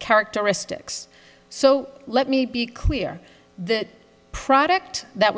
characteristics so let me be clear the product that